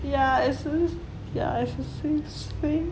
yeah its always yeah